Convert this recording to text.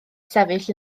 sefyll